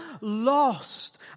lost